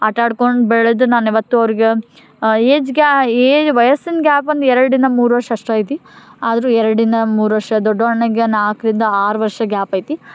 ಆಟಾಡ್ಕೊಂಡು ಬೆಳೆದು ನಾನು ಯಾವತ್ತೂ ಅವ್ರ್ಗೆ ಏಜ್ ಗ್ಯಾ ಏಜ್ ವಯಸ್ಸಿನ ಗ್ಯಾಪ್ ಒಂದು ಎರಡಿಂದ ಮೂರು ವರ್ಷ ಅಷ್ಟೇ ಐತಿ ಆದ್ರೂ ಎರಡಿಂದ ಮೂರು ವರ್ಷ ದೊಡ್ಡದು ಅಣ್ಣನಿಗೆ ನಾಲ್ಕರಿಂದ ಆರು ವರ್ಷ ಗ್ಯಾಪ್ ಐತಿ